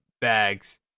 bags